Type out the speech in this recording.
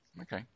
Okay